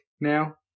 now